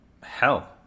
hell